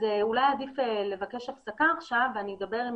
אולי עדיף לבקש הפסקה עכשיו ואני אדבר עם